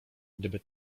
gdyby